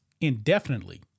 indefinitely